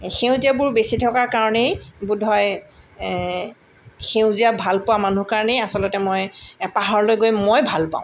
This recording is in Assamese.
সেউজীয়াবোৰ বেছি থকাৰ কাৰণেই বোধহয় সেউজীয়া ভাল পোৱা মানুহ কাৰণেই আচলতে মই পাহাৰলৈ গৈ মই ভাল পাওঁ